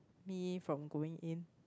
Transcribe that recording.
me from going in